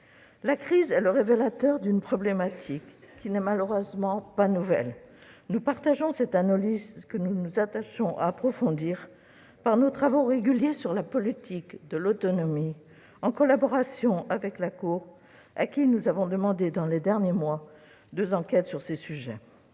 La crise est le révélateur d'une problématique qui n'est malheureusement pas nouvelle. Nous souscrivons à cette analyse, que nous nous attachons à approfondir par nos travaux réguliers sur la politique de l'autonomie, en collaboration avec la Cour, à qui nous avons demandé dans les derniers mois deux enquêtes sur ces sujets.